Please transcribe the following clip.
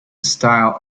style